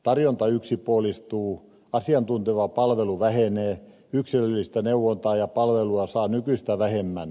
tarjonta yksipuolistuu asiantunteva palvelu vähenee yksilöllistä neuvontaa ja palvelua saa nykyistä vähemmän